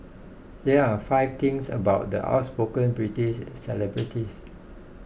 here are five things about the outspoken British celebrity